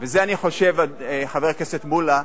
וזה, אני חושב, חבר הכנסת מולה,